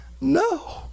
No